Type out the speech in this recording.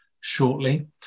shortly